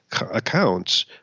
accounts